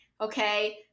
okay